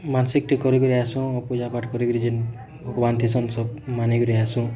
ମାନସିକ୍ଟେ କରି କିରି ଆସୁଁ ପୂଜା ପାଠ କରି କରି ଯେନ୍ ଭଗବାନ୍ ଥିସନ୍ ସବ ମାନିକିରି ଆସୁଁ